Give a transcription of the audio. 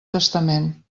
testament